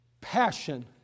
passion